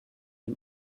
ihm